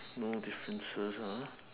no differences ah